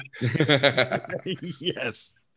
Yes